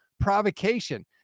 provocation